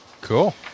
Cool